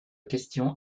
question